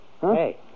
Hey